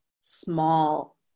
small